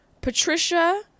Patricia